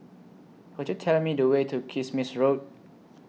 Could YOU Tell Me The Way to Kismis Road